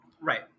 Right